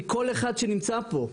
מכל אחד שנמצא פה,